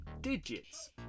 digits